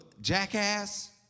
jackass